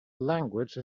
language